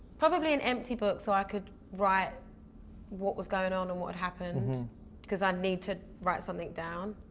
probably an empty book so i could write what was going on and what happened cause i need to write something down.